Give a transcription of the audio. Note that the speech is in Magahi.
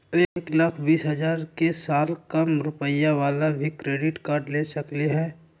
एक लाख बीस हजार के साल कम रुपयावाला भी क्रेडिट कार्ड ले सकली ह?